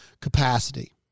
capacity